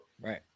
Right